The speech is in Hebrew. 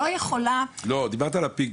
לא, דיברת על הפינג-פונג.